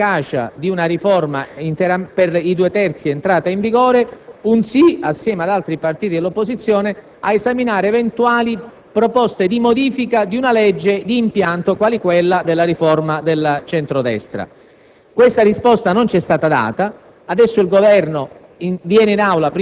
una netta contrarietà alla sospensione dell'efficacia di una riforma per due terzi entrata in vigore, ed una disponibilità, insieme ad altri partiti dell'opposizione, ad esaminare eventuali proposte di modifica di una legge di impianto, quale è la riforma del centro-destra.